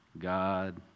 God